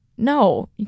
no